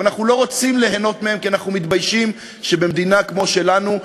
אבל אנחנו לא רוצים ליהנות מהם כי אנחנו מתביישים שבמדינה כמו שלנו,